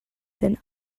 than